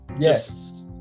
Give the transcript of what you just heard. Yes